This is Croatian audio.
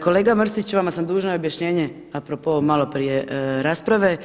Kolega Mrsić, vama sam dužna objašnjenje a propos malo prije rasprave.